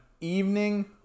evening